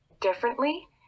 differently